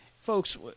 folks